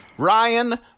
Ryan